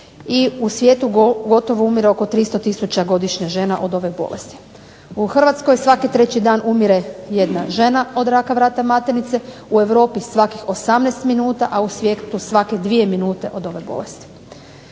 u svijetu gotovo umire oko 300 tisuća godišnje žena od ove bolesti. U Hrvatskoj svaki treći dan umire jedna žena od raka vrata maternice, u Europi svakih 18 minuta, a u svijetu svake dvije minute od ove bolesti.